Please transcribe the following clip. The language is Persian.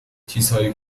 چیزهای